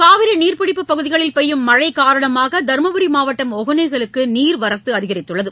காவிரி நீர்ப்பிடிப்பு பகுதிகளில் பெய்யும் மழை காரணமாக தர்மபுரி மாவட்டம் ஒகேனக்கலுக்கு நீர்வரத்து அதிகரித்துள்ளது